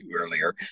earlier